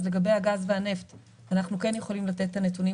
אז לגבי הגז והנפט אנחנו כן יכולים לתת את הנתונים